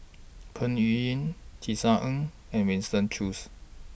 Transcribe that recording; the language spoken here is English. Peng Yuyun Tisa Ng and Winston Choos